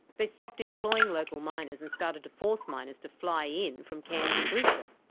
they stopped employing local miners and started to force miners to fly in from cairns and brisbane.